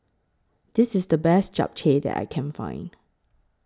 This IS The Best Japchae that I Can Find